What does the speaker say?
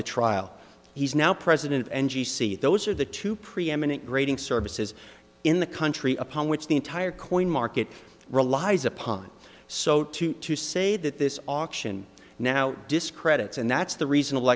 the trial he's now president of n g c those are the two preeminent grading services in the country upon which the entire coin market relies upon so to to say that this auction now discredits and that's the reason